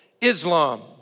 Islam